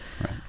right